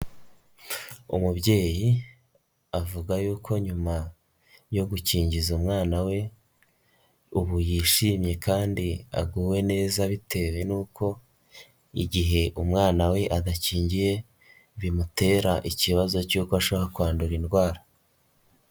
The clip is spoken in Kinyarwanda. Umubyeyi avuga yuko nyuma yo gukingiza umwana we, ubu yishimye kandi aguwe neza bitewe nuko igihe umwana we adakingiye bimutera ikibazo cyuko ashaka kwandura indwara.